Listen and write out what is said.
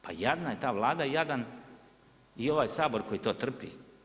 Pa jadna je ta Vlada, jadan i ovaj Sabor koji to trpi.